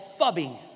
fubbing